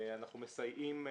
אנחנו מסייעים לציבור.